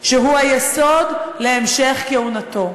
שהוא היסוד להמשך כהונתו."